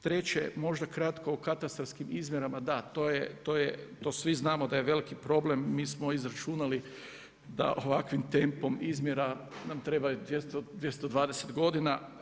Treće, možda kratko o katastarskim izmjerama da, to svi znamo da je veliki problem, mi smo izračunali da ovakvim tempom izmjera nam treba 220 godina.